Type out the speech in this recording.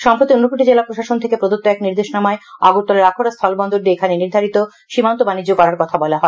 সম্প্রতি ঊনকোটি জেলা প্রশাসন থেকে এক নির্দেশনামায় আগরতলার আখাউড়া স্থল বন্দর দিয়ে এখানের নির্ধারিত সীমান্ত বাণিজ্য করার কথা বলা হয়